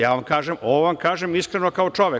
Ja vam kažem, ovo vam kažem iskreno, kao čovek.